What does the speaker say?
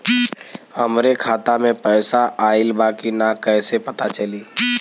हमरे खाता में पैसा ऑइल बा कि ना कैसे पता चली?